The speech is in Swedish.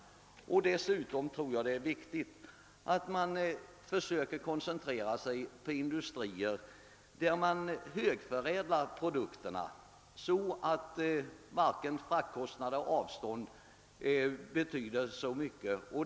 Dessutom tror jag att det är riktigt att man försöker koncentrera sig på industrier där man högförädlar produkterna så att varken fraktkostnader eller avstånd betyder mycket.